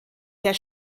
der